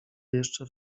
jeszcze